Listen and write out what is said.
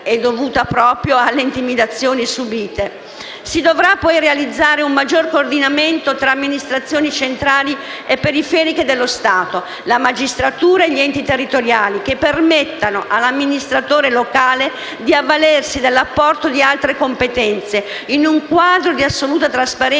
Si dovrà poi realizzare un maggior coordinamento tra amministrazioni centrali e periferiche dello Stato, la magistratura e gli enti territoriali, che permettano all'amministratore locale di avvalersi dell'apporto di altre competenze in un quadro di assoluta trasparenza e ricostituire